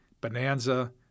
Bonanza